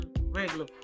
regular